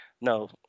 no